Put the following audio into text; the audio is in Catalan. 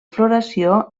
floració